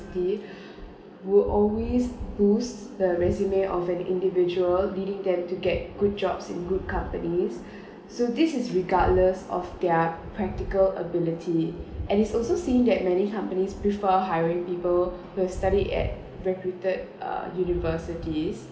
would always boost the resume of an individual dealing that to get good jobs in good companies so this is regardless of their practical ability and it's also seen that many companies prefer hiring people who're study at reputed uh universities